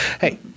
Hey